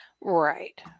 Right